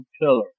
pillar